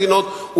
היא